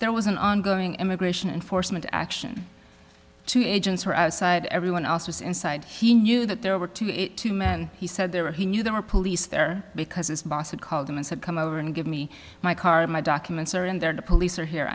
there was an ongoing immigration enforcement action two agents were outside everyone else was inside he knew that there were two he said there were he knew there were police there because his boss had called him and said come over and give me my card my documents are in there the police are here